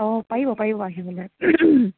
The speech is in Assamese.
অঁ পাৰিব পাৰিব আহিবলৈ